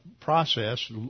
process